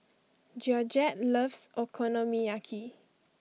Georgette loves Okonomiyaki